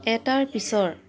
এটাৰ পিছৰ